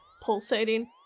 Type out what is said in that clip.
pulsating